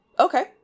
Okay